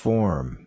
Form